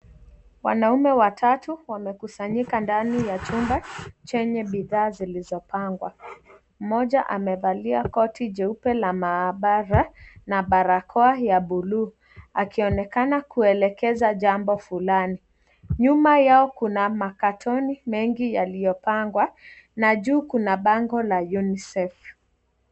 Wanaume watatu wamekusanyika ndani ya chumba chenye bidhaa zilizopangwa. Mmoja amevalia koti jeupe la maabara, na barakoa ya buluu. akionekana kuelekeza jambo fulani. Nyuma yao kuna makatoni mengi yaliyopangwa na juu kuna bango la UNICEF.